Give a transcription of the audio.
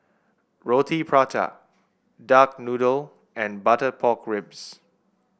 Roti Prata Duck Noodle and Butter Pork Ribs